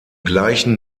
gleichen